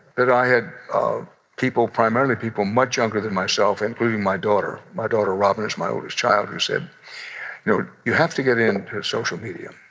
that i had people primarily people much younger than myself, including my daughter. my daughter robin is my oldest child who said, you know, you have to get into social media.